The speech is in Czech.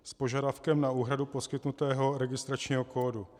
S požadavkem na úhradu poskytnutého registračního kódu.